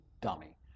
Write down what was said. dummy